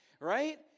Right